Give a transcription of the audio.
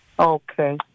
Okay